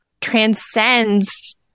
transcends